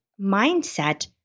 mindset